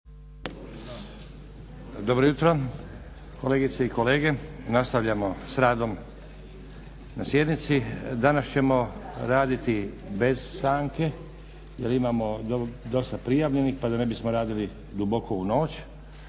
Dobro jutro kolegice i kolege. Nastavljamo sa radom na sjednici. Danas ćemo raditi bez stanke jer imamo dosta prijavljenih pa da ne bismo radili duboko u noć